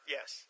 Yes